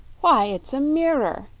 why, it's a mirror!